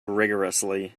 rigourously